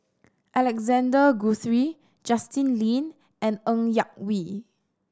Alexander Guthrie Justin Lean and Ng Yak Whee